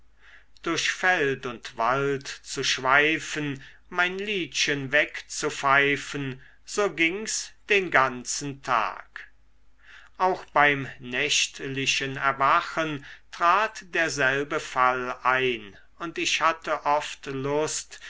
durch feld und wald zu schweifen mein liedchen weg zu pfeifen so ging's den ganzen tag auch beim nächtlichen erwachen trat derselbe fall ein und ich hatte oft lust